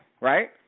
right